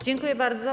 Dziękuję bardzo.